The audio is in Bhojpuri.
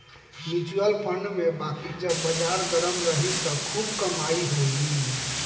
म्यूच्यूअल फंड में बाकी जब बाजार गरम रही त खूब कमाई होई